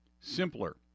simpler